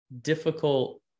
difficult